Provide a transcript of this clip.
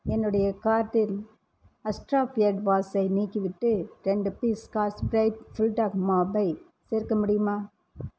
என்னுடைய கார்ட்டில் Astra beard வாஷை நீக்கிவிட்டு ரெண்டு பீஸ் ஸ்காட்ச் ப்ரைட் ஃபுட்லாக் மாப்பை சேர்க்க முடியுமா